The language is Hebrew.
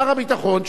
שר הביטחון,